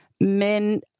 men